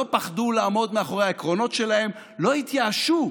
לא פחדו לעמוד מאחורי העקרונות שלהם, לא התייאשו,